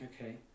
Okay